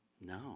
No